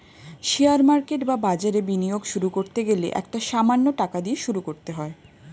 share market বা বাজারে বিনিয়োগ শুরু করতে গেলে একটা সামান্য টাকা দিয়ে শুরু করতে হয়